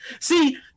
See